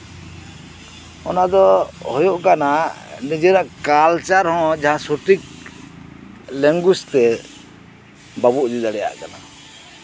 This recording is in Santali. ᱚᱱᱟ ᱫᱚ ᱦᱳᱭᱳᱜ ᱠᱟᱱᱟ ᱱᱤᱡᱮᱨ ᱨᱮᱱ ᱠᱟᱞᱪᱟᱨ ᱦᱚᱸ ᱡᱟᱸᱦᱟ ᱥᱚᱴᱷᱤᱠ ᱞᱮᱝᱜᱩᱣᱮᱡ ᱛᱮ ᱵᱟᱵᱚ ᱤᱫᱤ ᱫᱟᱲᱮᱭᱟᱜ ᱠᱟᱱᱟ